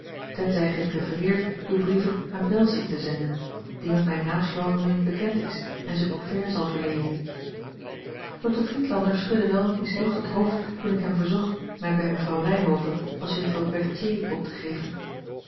tenzij gij prefereert uwe brieven aan welsink te zenden die met mijne naamsverandering bekend is en ze couvert zal verleenen dokter friedlander schudde wel wat misnoegd het hoofd toen ik hem verzocht mij bij mevrouw ryhove als juffrouw berthier op te geven